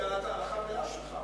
את החבילה שלך,